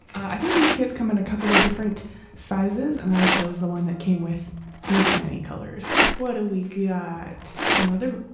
i think these kits come in a couple of different sizes and i chose the one that came with this many colors. what a week. yeah ah some rubber